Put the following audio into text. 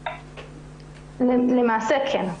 למעשה כן.